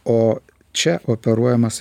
o čia operuojamas